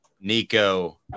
Nico